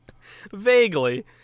Vaguely